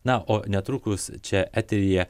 na o netrukus čia eteryje